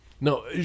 No